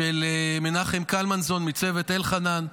של מנחם קלמנזון מצוות אלחנן,